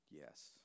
Yes